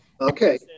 Okay